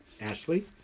Ashley